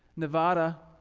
nevada,